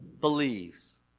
believes